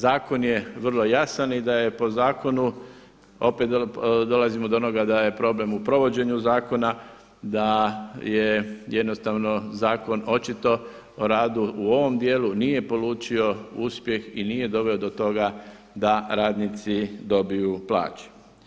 Zakon je vrlo jasan i da je po zakonu, opet dolazimo do onoga da je problem u provođenju zakona, da je jednostavno zakon očito o radu u ovom dijelu nije polučio uspjeh i nije doveo do toga da radnici dobiju plaće.